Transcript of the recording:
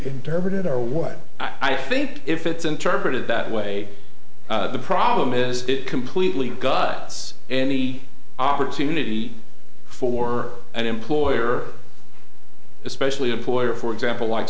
or what i think if it's interpreted that way the problem is it completely guts any opportunity for an employer especially employer for example like